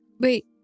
wait